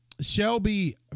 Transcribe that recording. Shelby